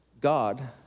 God